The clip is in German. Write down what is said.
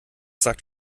sagt